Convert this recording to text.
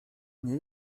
nie